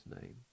name